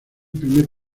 primer